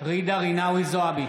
ג'ידא רינאוי זועבי,